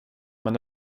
men